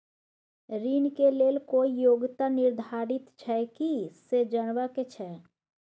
ऋण के लेल कोई योग्यता निर्धारित छै की से जनबा के छै?